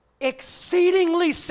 exceedingly